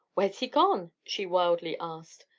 where's he gone? she wildly asked.